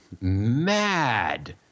mad